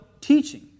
teaching